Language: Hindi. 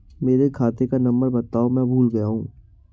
मेरे खाते का नंबर बताओ मैं भूल गया हूं